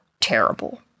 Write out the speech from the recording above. terrible